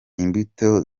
imbuto